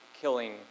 killing